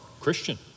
Christian